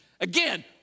Again